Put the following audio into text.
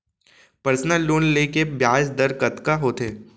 Personal loan ले के ब्याज दर कतका होथे?